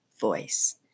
voice